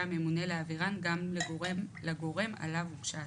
הממונה להעבירן גם לגורם עליו הוגשה התלונה.